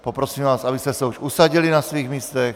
Poprosím vás, abyste se už usadili na svých místech.